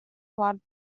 flood